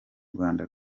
rwanda